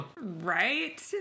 Right